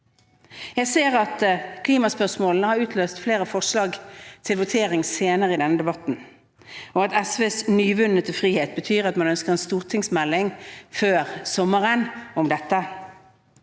Jeg ser at klimaspørsmålet har utløst flere forslag til votering senere i denne debatten, og at SVs nyvunne frihet gjør at de ønsker en stortingsmelding om dette